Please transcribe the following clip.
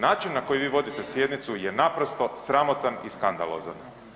Način na koji vi vodite sjednicu je naprosto sramotan i skandalozan.